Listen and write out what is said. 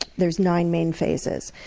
there's nine main phases.